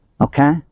Okay